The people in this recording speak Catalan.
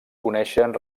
coneixen